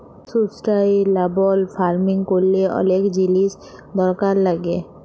sustainable farming ক্যরলে অলেক জিলিস দরকার লাগ্যে